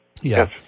Yes